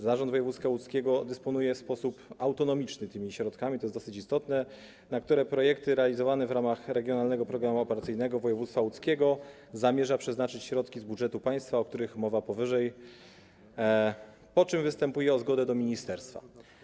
Zarząd Województwa Łódzkiego dysponuje w sposób autonomiczny tymi środkami, co jest dosyć istotne, i ustala, na które projekty realizowane w ramach „Regionalnego programu operacyjnego województwa łódzkiego” zamierza przeznaczyć środki z budżetu państwa, o których mowa powyżej, po czym występuje o zgodę do ministerstwa.